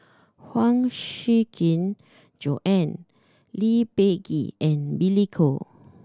Huang Shiqi Joan Lee Peh Gee and Billy Koh